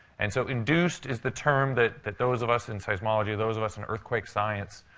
and so induced is the term that that those of us in seismology, those of us in earthquake science,